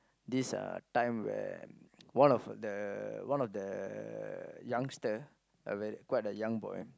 this uh time when one of the one of the youngster a ver~ quite a young boy